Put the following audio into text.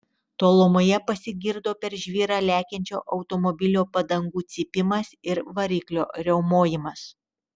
tolumoje pasigirdo per žvyrą lekiančio automobilio padangų cypimas ir variklio riaumojimas